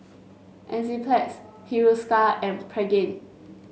Enzyplex Hiruscar and Pregain